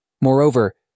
Moreover